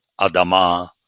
Adama